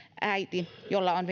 äiti jolla on